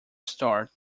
start